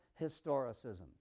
historicism